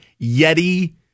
Yeti